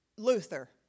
Luther